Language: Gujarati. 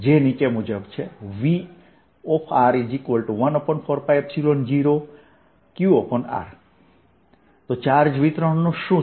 જે આ મુજબ છે Vr14π0qr ચાર્જ વિતરણનું શું